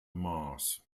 mass